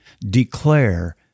declare